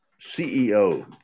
ceo